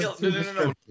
no